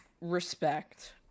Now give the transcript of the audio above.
Respect